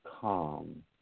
calm